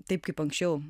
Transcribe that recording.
taip kaip anksčiau